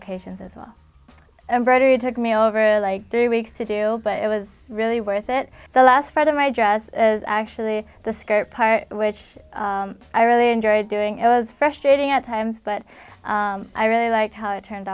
occasions as well embroidery took me over like three weeks to do but it was really worth it the last part of my dress as actually the scary part which i really enjoyed doing it was frustrating at times but i really like how it turned